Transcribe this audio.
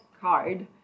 card